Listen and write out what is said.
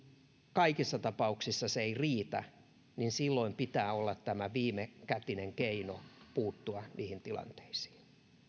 kaikissa tapauksissa se ei riitä niin silloin pitää olla tämä viimekätinen keino puuttua niihin tilanteisiin